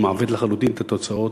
שמעוות לחלוטין את התוצאות.